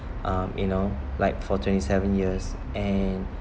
um you know like for twenty seven years and